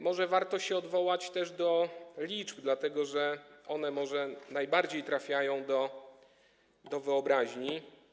Może warto się odwołać do liczb, dlatego że one najbardziej trafiają do wyobraźni.